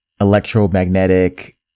electromagnetic